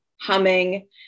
humming